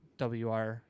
WR